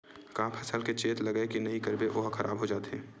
का फसल के चेत लगय के नहीं करबे ओहा खराब हो जाथे?